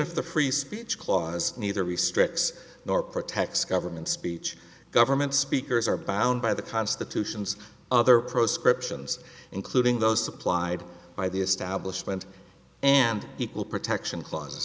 if the free speech clause neither restricts nor protects government speech government speakers are bound by the constitutions other proscriptions including those supplied by the establishment and equal protection